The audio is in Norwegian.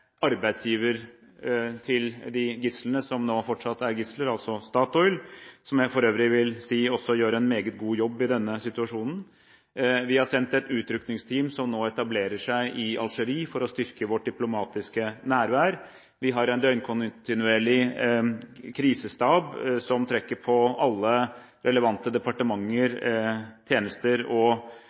til dem som fortsatt er gisler, altså Statoil, som jeg for øvrig vil si gjør en meget god jobb i denne situasjonen. Vi har sendt et utrykningsteam – som nå etablerer seg i Algerie – for å styrke vårt diplomatiske nærvær. Vi har en døgnkontinuerlig krisestab som trekker på alle relevante departementer, tjenester og